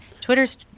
Twitter's